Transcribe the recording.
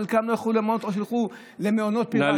חלקם לא ילכו למעונות או שילכו למעונות פיראטיים.